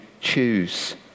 choose